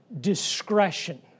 discretion